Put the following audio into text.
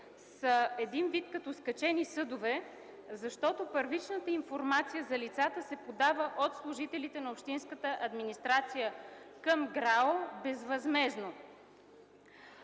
са един вид като скачени съдове, защото първичната информация за лицата се подава от служителите на общинската администрация към ГРАО безвъзмездно.